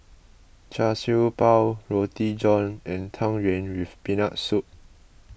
Char Siew Bao Roti John and Tang Yuen with Peanut Soup